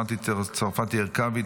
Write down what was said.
מטי צרפתי הרכבי,